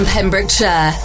Pembrokeshire